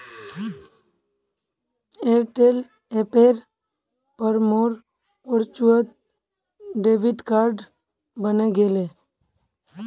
Airtel ऐपेर पर मोर वर्चुअल डेबिट कार्ड बने गेले